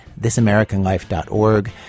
thisamericanlife.org